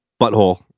Butthole